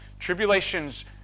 Tribulations